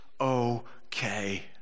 okay